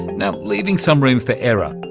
now, leaving some room for error,